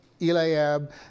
Eliab